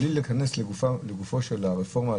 בלי להיכנס לגופה של הרפורמה,